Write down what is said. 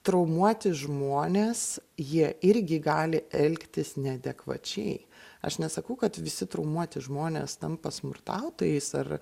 traumuoti žmonės jie irgi gali elgtis neadekvačiai aš nesakau kad visi traumuoti žmonės tampa smurtautojais ar